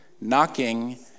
Knocking